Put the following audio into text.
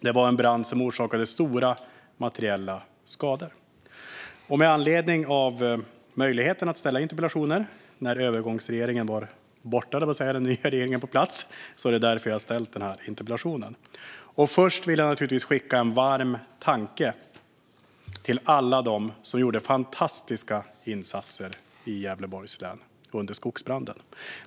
Det var en brand som orsakade stora materiella skador, och nu när den nya regeringen är på plats har jag ställt denna interpellation. Först vill jag naturligtvis skicka en varm tanke till alla dem som gjorde fantastiska insatser i Gävleborgs län under skogsbranden.